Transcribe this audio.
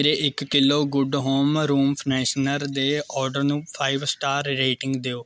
ਮੇਰੇ ਇੱਕ kilo good home room freshener ਦੇ ਔਡਰ ਨੂੰ ਫਾਈਵ ਸਟਾਰ ਰੇਟਿੰਗ ਦਿਓ